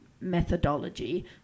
methodology